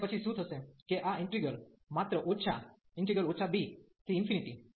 અને પછી શું થશે કે આ ઈન્ટિગ્રલ માત્ર ઓછા bf tdt